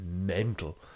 mental